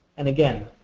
and again,